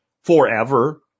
forever